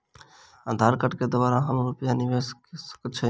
आधार कार्ड केँ द्वारा हम रूपया निवेश कऽ सकैत छीयै?